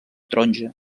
taronja